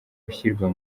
gushyirwa